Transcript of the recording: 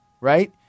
right